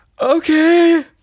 okay